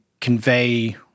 convey